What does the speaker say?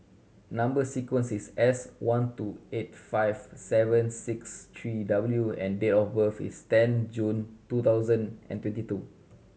number sequence is S one two eight five seven six three W and date of birth is ten June two thousand and twenty two